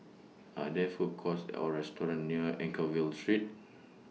Are There Food Courts Or restaurants near Anchorvale Street